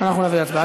נביא להצבעה.